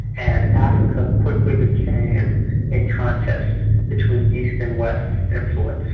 and africa quickly became a contest between east and west influence.